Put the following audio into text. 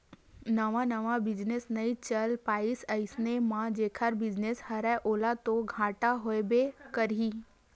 नवा नवा बिजनेस नइ चल पाइस अइसन म जेखर बिजनेस हरय ओला तो घाटा होबे करही